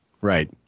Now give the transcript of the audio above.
Right